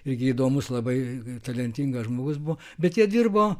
irgi įdomus labai talentingas žmogus buvo bet jie dirbo